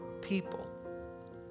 people